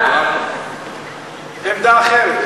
עמדה אחרת.